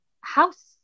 house